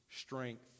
strength